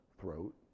throat